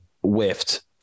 whiffed